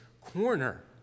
corner